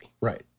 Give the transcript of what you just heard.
right